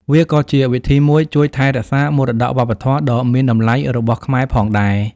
វាក៏ជាវិធីមួយជួយថែរក្សាមរតកវប្បធម៌ដ៏មានតម្លៃរបស់ខ្មែរផងដែរ។